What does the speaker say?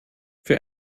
für